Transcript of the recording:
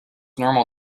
normal